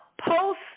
post